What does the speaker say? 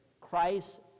Christ